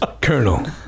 Colonel